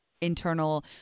internal